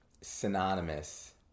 synonymous